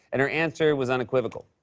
and her answer was unequivocal.